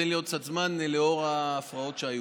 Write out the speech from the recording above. תן לי עוד קצת זמן לאור ההפרעות שהיו.